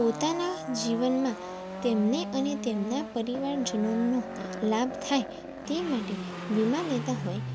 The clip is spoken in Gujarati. પોતાના જીવનમાં તેમને અને તેમના પરિવારજનોનો લાભ થાય તે માટે વીમા લેતા હોય છે